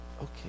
okay